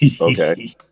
Okay